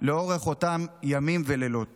לאורך אותם ימים ולילות